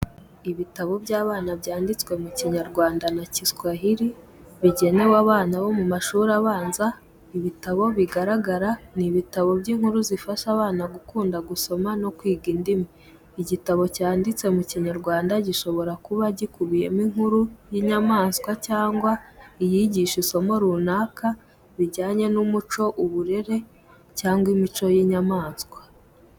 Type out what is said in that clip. Ibitabo by’abana byanditswe mu Kinyarwanda na Kiswahili bigenewe abana bo mu mashuri abanza. Ibitabo bigaragara ni ibitabo by’inkuru zifasha abana gukunda gusoma no kwiga indimi. Igitabo cyanditse mu Kinyarwanda gishobora kuba gikubiyemo inkuru y’inyamaswa cyangwa iyigisha isomo runaka bijyanye n’umuco, uburere cyangwa imico y’inyamaswa.